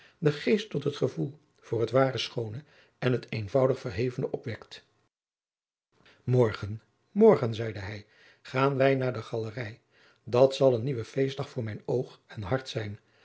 den geest tot het gevoel voor het ware schoone en het eenvoudig verhevene opwekt morgen morgen zeide bij gaan wij naar de galerij dat zal een nieuwe feestdag voor mijn oog en hart zijn